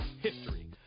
history